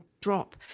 drop